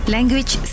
Language